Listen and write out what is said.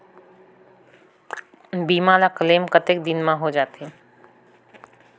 बीमा ला क्लेम कतेक दिन मां हों जाथे?